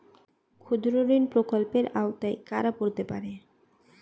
ক্ষুদ্রঋণ প্রকল্পের আওতায় কারা পড়তে পারে?